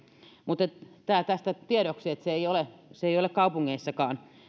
mutta tämä tästä tiedoksi että se ei ole kaupungeissakaan